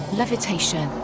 levitation